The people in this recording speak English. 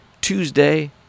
Tuesday